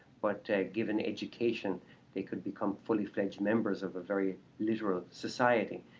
but given education they could become fully fledged members of a very literal society.